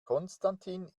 konstantin